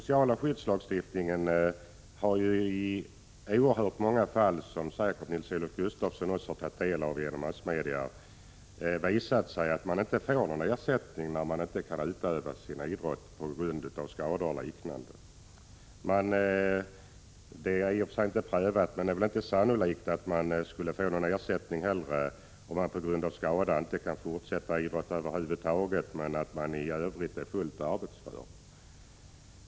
I oerhört många fall, som Nils-Olof Gustafsson säkert också tagit del av genom massmedia, har det visat sig att socialförsäkringssystemet inte ger någon ersättning till den som inte kan utöva sin idrott, exempelvis på grund av skada. Det är i och för sig inte prövat, men det är väl inte sannolikt att man heller skulle få någon ersättning om man på grund av skadan inte kan fortsätta att idrotta över huvud taget men i övrigt är fullt arbetsför.